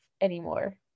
anymore